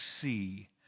see